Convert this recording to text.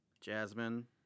Jasmine